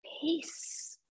Peace